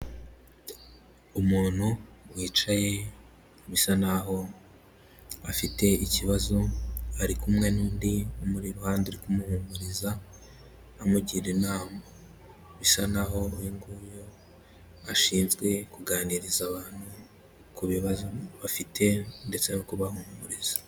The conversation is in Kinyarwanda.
Umuntu wicaye bisa naho afite ikibazo, ari kumwe n'undi umuri iruhande uri kumuhumuriza amugira inama. Bisa naho uyu nguyu ashinzwe kuganiriza abantu ku bibazo bafite ndetse no kubahumuriza.